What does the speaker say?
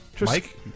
Mike